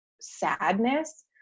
sadness